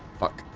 fuck